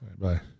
Bye